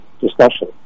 discussion